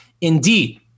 indeed